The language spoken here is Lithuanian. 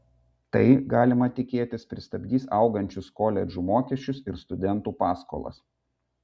tai galima tikėtis pristabdys augančius koledžų mokesčius ir studentų paskolas